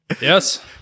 Yes